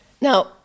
Now